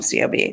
cob